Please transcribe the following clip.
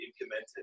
implemented